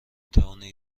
توانید